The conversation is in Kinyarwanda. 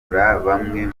babyeyi